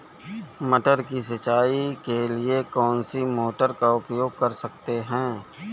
मटर की सिंचाई के लिए कौन सी मोटर का उपयोग कर सकते हैं?